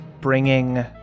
bringing